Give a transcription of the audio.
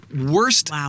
Worst